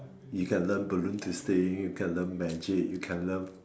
you can learn balloon twisting you can learn magic you can learn